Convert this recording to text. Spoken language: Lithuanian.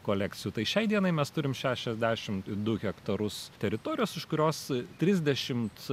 kolekcijų tai šiai dienai mes turim šešiasdešim du hektarus teritorijos iš kurios trisdešimt